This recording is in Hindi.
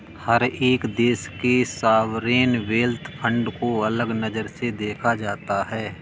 हर एक देश के सॉवरेन वेल्थ फंड को अलग नजर से देखा जाता है